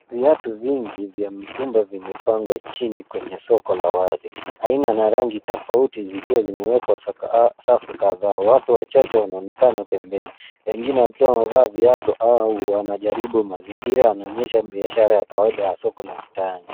Viatu vingi vya mtumba vimepangwa chini kwenye soko la wazi. Aina na rangi tofauti zikiwa zimewekwa safu kadhaa. Watu wachache wanaonekana pembeni, wengine wakiwa wanavaa viatu au wanajaribu. Mazingira yanaonyesha biashara ya kawaida ya soko la mitaani.